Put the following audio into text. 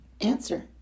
Answer